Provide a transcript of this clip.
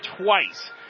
twice